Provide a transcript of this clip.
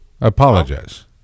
Apologize